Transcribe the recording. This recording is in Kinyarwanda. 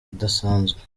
idasanzwe